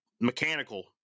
mechanical